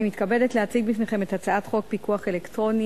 אני מתכבדת להציג בפניכם את הצעת חוק פיקוח אלקטרוני